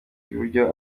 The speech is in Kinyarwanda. buryo